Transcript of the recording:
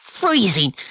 freezing